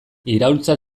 iraultza